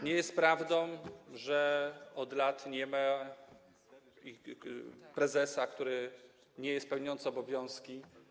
Nie jest prawdą, że od lat nie ma prezesa, który nie jest pełniącym obowiązki.